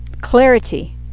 clarity